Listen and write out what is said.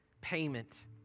payment